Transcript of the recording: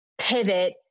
pivot